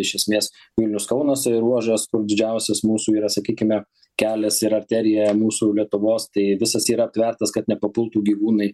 iš esmės vilnius kaunas ruožas kur didžiausias mūsų yra sakykime kelias ir arterija mūsų lietuvos tai visas yra aptvertas kad nepapultų gyvūnai